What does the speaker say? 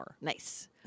Nice